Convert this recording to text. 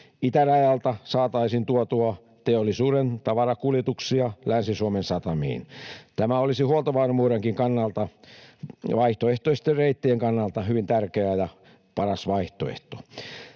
itärajalta saataisiin tuotua teollisuuden tavarakuljetuksia Länsi-Suomen satamiin. Tämä olisi huoltovarmuudenkin kannalta, vaihtoehtoisten reittien kannalta, hyvin tärkeä ja paras vaihtoehto.